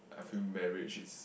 I feel marriage is